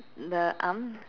the arm